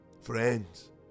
Friends